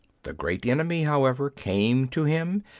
the great enemy, how ever, came to him,